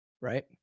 right